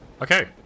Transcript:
Okay